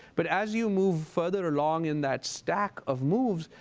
but as you move further along in that stack of moves,